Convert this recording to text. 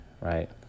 Right